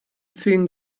zehn